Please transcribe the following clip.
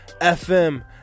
fm